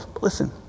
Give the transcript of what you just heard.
Listen